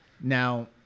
Now